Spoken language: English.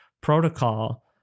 protocol